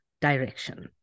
direction